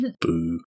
Boo